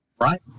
Right